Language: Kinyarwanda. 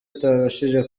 atabashije